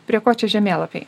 prie ko čia žemėlapiai